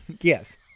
yes